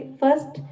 first